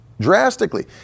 drastically